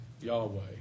Yahweh